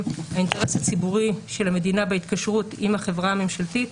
האינטרס הציבורי של המדינה בהתקשרות עם החברה הממשלתית